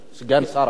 סגן שר החוץ?